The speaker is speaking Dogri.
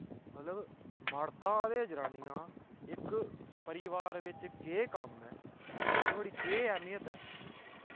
मतलब मर्दा ते जनानियां इक परिवार बिच्च केह् कम्म ऐ नोह्ड़ी केह् ऐह्मियत ऐ